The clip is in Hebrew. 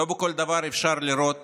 לא בכל דבר אפשר לראות